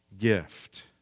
gift